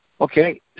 Okay